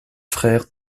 frère